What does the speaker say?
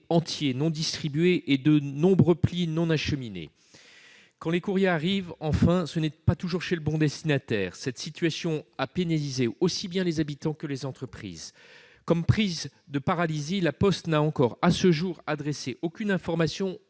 entiers non distribués et de nombreux plis non acheminés. Quand les courriers arrivent enfin, ce n'est pas toujours chez le bon destinataire. Cette situation a pénalisé aussi bien les habitants que les entreprises. Comme prise de paralysie, La Poste n'a, encore à ce jour, adressé aucune information